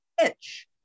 pitch